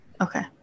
Okay